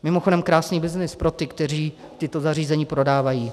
Mimochodem krásný byznys pro ty, kteří tato zařízení prodávají.